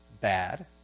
bad